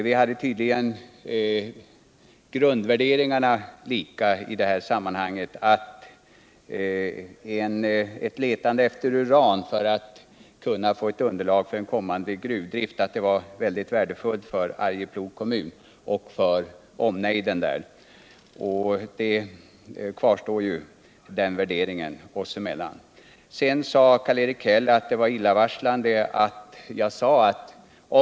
Vi har tydligen samma grundvärderingar i detta fall, nämligen att ett letande efter uran för att man skall få ett underlag för en kommande gruvdrift är någonting mycket värdefullt för Arjeplogs kommun och dess omnejd. Den värderingen kvarstår. Sedan sade Karl-Erik Häll att det var illavarslande att jag sade att vi inte skall bryta uran.